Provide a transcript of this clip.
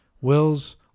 Wills